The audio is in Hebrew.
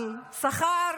אבל השכר